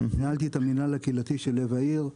ניהלתי את המנהל הקהילתי של לב העיר,